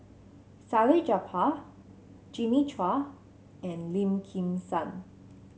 Salleh Japar Jimmy Chua and Lim Kim San